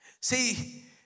See